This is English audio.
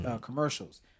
commercials